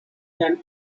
and